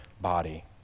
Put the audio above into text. body